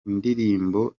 indirimbo